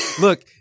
look